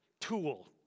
tool